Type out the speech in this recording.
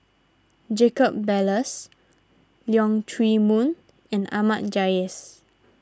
Jacob Ballas Leong Chee Mun and Ahmad Jais